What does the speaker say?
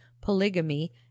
polygamy